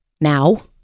now